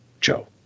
Joe